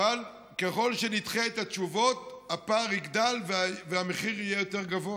אבל ככל שנדחה את התשובות הפער יגדל והמחיר יהיה יותר גבוה.